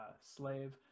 slave